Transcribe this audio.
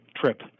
trip